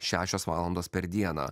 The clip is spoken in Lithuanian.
šešios valandos per dieną